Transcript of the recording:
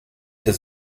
his